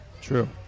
True